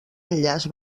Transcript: enllaç